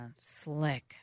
slick